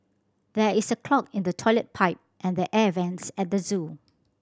there is a clog in the toilet pipe and the air vents at the zoo